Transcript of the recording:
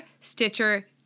Stitcher